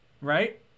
Right